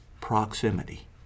proximity